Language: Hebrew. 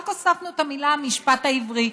רק הוספנו את המילים "המשפט העברי",